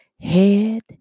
head